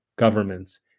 Governments